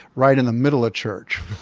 right in the middle of church.